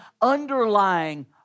underlying